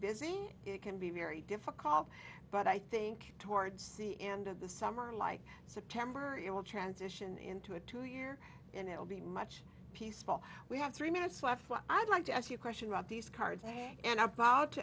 busy it can be very difficult but i think towards the end of the summer like september it will transition into a two year and it will be much peaceful we have three minutes left i'd like to ask you a question about these cards and